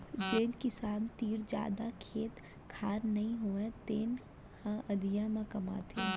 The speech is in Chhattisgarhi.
जेन किसान तीर जादा खेत खार नइ होवय तेने ह अधिया म कमाथे